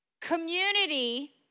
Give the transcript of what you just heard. community